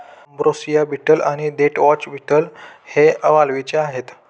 ambrosia beetle आणि deathwatch beetle हे वाळवीचे आहेत